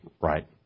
Right